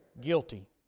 Guilty